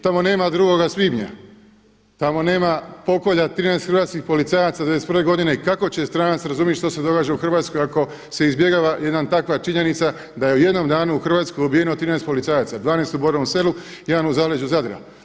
Tamo nema drugoga svibnja, tamo nema pokolja 13 hrvatskih policajaca '91. godine i kako će stranac razumjeti što se događa u Hrvatskoj ako se izbjegava jedna takva činjenica da je u jednom danu u Hrvatskoj ubijeno 13 policajaca, 12 u Borovom Selu, jedan u zaleđu Zadra.